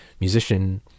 musician